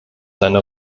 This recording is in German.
seine